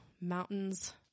Mountains